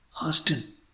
Austin